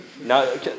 No